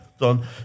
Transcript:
done